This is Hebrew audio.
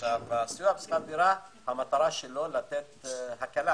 הסיוע בשכר דירה, המטרה שלו, לסייע